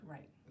Right